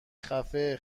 خفه